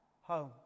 home